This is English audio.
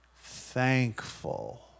thankful